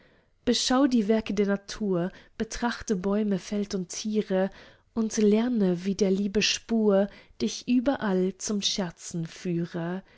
beschau die werke der natur betrachte bäume feld und tiere und lerne wie der liebe spur dich überall zum scherzen führe